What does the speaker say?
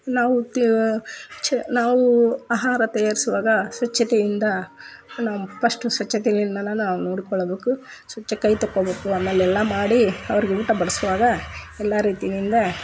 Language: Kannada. ನಾವು ತಾ ಚ ನಾವೂ ಆಹಾರ ತಯಾರಿಸುವಾಗ ಸ್ವಚ್ಛತೆಯಿಂದ ನಮ್ಮ ಪಸ್ಟ್ ಸ್ವಚ್ಛತೆಯಿಂದನೇ ನಾನು ನೋಡ್ಕೊಳ್ಬೇಕು ಸ್ವಚ್ಛ ಕೈ ತೊಕ್ಕೊಬೇಕು ಆಮೇಲೆ ಎಲ್ಲ ಮಾಡಿ ಅವ್ರಿಗೆ ಊಟ ಬಡಿಸುವಾಗ ಎಲ್ಲ ರೀತಿಯಿಂದ